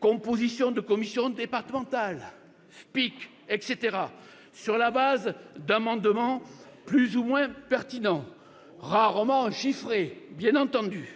composition de commissions départementales, FPIC, etc., sur la base d'amendements plus ou moins pertinents, rarement chiffrés, bien entendu